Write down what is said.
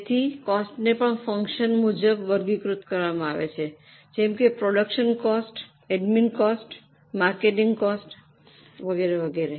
તેથી કોસ્ટને પણ ફંક્શન મુજબ વર્ગીકૃત કરવામાં આવે છે જેમ કે production cost admin cost marketing cost વગેરે